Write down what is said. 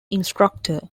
instructor